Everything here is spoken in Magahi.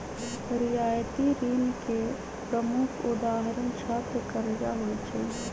रियायती ऋण के प्रमुख उदाहरण छात्र करजा होइ छइ